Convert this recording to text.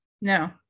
No